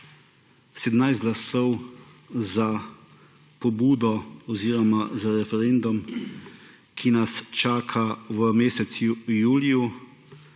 17 glasov za pobudo oziroma za referendum, ki nas čaka v mesecu juliju,